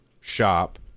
shop